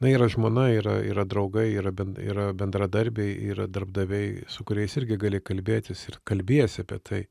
na yra žmona yra yra draugai yra bend yra bendradarbiai yra darbdaviai su kuriais irgi gali kalbėtis ir kalbiesi apie tai